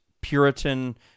Puritan